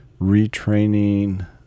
retraining